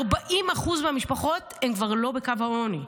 40% מהמשפחות הן כבר לא בקו העוני.